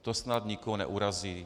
To snad nikoho neurazí.